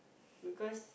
because